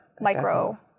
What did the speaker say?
Micro